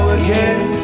again